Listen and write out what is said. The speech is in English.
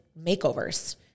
makeovers